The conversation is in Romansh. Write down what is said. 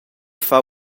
far